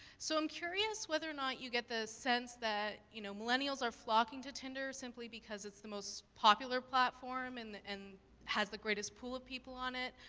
so i'm curious whether or not you get the sense that, you know, millennials are flocking to tinder simply because it's the most popular platform, and, and has the greatest pool of people on it,